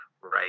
right